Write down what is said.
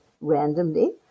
randomly